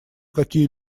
какие